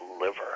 liver